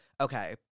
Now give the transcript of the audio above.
okay